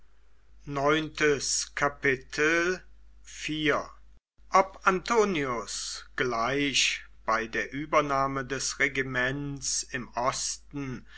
ob antonius gleich bei der übernahme des regiments im osten